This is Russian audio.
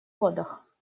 водах